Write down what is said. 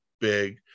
big